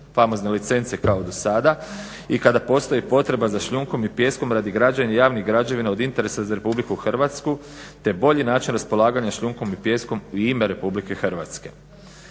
famozne licence kao do sada. I kada postoji potreba za šljunkom i pijeskom radi građenja javnih građevina od interesa za Republiku Hrvatsku te bolji način raspolaganja šljunkom i pijeskom u ime Republike Hrvatske.